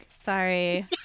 Sorry